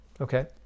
okay